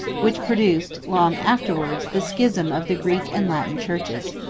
which produced, long afterwards, the schism of the greek and latin churches.